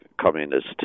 communist